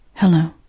Hello